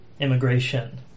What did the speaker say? immigration